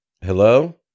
hello